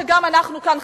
שגם אנחנו כאן,